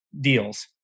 deals